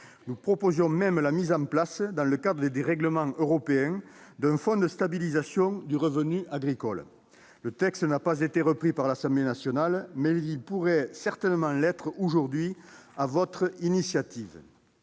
Nous proposions même la mise en place, dans le cadre des règlements européens, d'un fonds de stabilisation du revenu agricole. Ce texte n'a pas alors été repris par l'Assemblée nationale, mais il pourrait certainement l'être aujourd'hui, sur votre initiative.